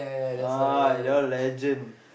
ah eh that one legend